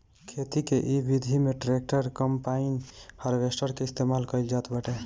खेती के इ विधि में ट्रैक्टर, कम्पाईन, हारवेस्टर के इस्तेमाल कईल जात बाटे